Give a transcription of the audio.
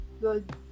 Good